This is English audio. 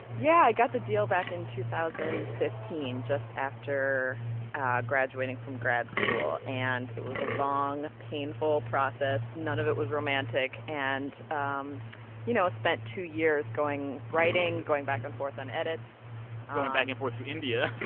yeah, i got the deal back in two thousand and fifteen just after ah graduating from grad school. and it was a long, painful process. none of it was romantic. and, um you know, spent two years going writing, going back and forth on edits. ah going back and forth to india.